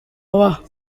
abajo